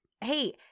hey